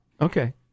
Okay